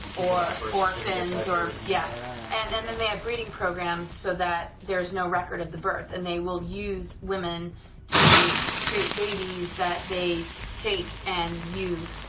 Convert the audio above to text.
or orphans, yeah and then then they have breeding programs so that there's no record of the birth, and they will use women to create babies that they take and use,